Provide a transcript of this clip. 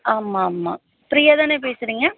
ஆமாம் ஆமாம் பிரியா தானே பேசுகிறிங்க